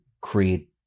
create